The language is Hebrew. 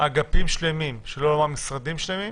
אגפים שלמים, שלא לומר משרדים שלמים,